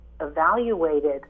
evaluated